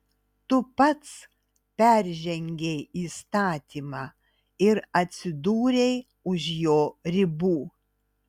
tu pats peržengei įstatymą ir atsidūrei už jo ribų